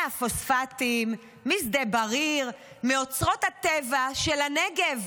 מהפוספטים, משדה בריר, מאוצרות הטבע, של הנגב.